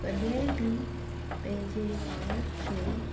कॾहिं बि पंहिंजे पाण खे